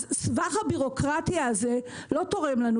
סבך הבירוקרטיה הזה לא תורם לנו.